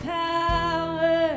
power